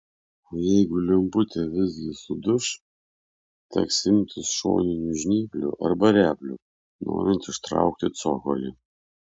o jeigu lemputė visgi suduš teks imtis šoninių žnyplių arba replių norint ištraukti cokolį